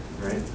right